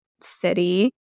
city